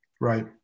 Right